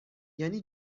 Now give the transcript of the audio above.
یعنی